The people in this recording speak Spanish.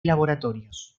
laboratorios